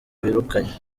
birukanywe